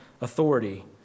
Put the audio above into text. authority